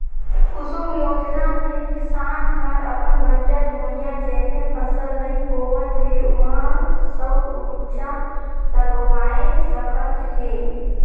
कुसुम योजना मे किसान हर अपन बंजर भुइयां जेम्हे फसल नइ होवत हे उहां सउर उरजा लगवाये सकत हे